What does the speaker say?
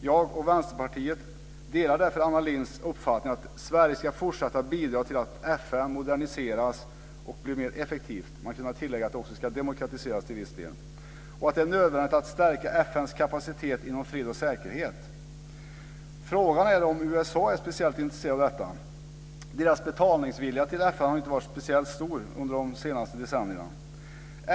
Jag och Vänsterpartiet delar därför Anna Lindhs uppfattning att Sverige ska fortsätta att bidra till att FN moderniseras och blir mer effektivt - man kan tillägga att det också ska demokratiseras till en viss del - och att det är nödvändigt att stärka FN:s kapacitet inom fred och säkerhet. Frågan är då om USA är speciellt intresserat av detta. USA:s betalningsvilja när det gäller FN har ju inte varit speciellt stor under de senaste decennierna.